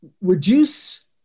reduce